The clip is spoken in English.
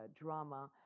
drama